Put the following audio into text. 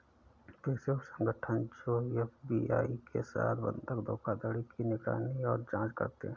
पेशेवर संगठन जो एफ.बी.आई के साथ बंधक धोखाधड़ी की निगरानी और जांच करते हैं